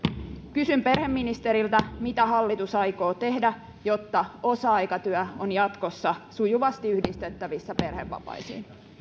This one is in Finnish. kysyn perheministeriltä mitä hallitus aikoo tehdä jotta osa aikatyö on jatkossa sujuvasti yhdistettävissä perhevapaisiin